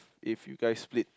if you guys split